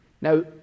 Now